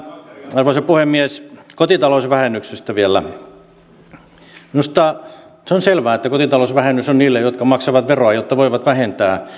arvoisa puhemies kotitalousvähennyksestä vielä minusta se on selvää että kotita lousvähennys on niille jotka maksavat veroja jotta voivat vähentää